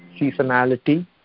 seasonality